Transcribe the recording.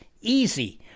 easy